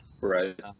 Right